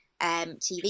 TV